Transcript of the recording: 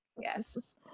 Yes